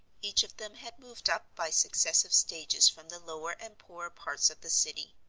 each of them had moved up by successive stages from the lower and poorer parts of the city.